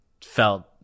felt